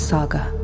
Saga